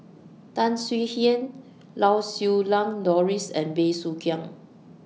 Tan Swie Hian Lau Siew Lang Doris and Bey Soo Khiang